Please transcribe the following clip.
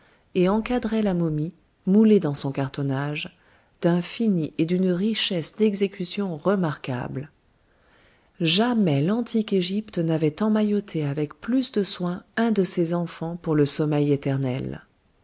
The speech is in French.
et encadrait la momie moulée dans son cartonnage d'un fini et d'une richesse d'exécution remarquables jamais l'antique égypte n'avait emmailloté avec plus de soin un de ses enfants pour le sommeil éternel